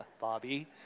Bobby